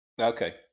Okay